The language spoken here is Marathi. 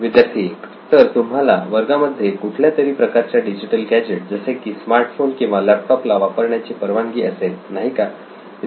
विद्यार्थी 1 तर तुम्हाला वर्गामध्ये कुठल्यातरी प्रकारच्या डिजिटल गॅजेट जसे की स्मार्टफोन किंवा लॅपटॉप ला वापरण्याची परवानगी असेल नाही का